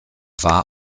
war